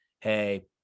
hey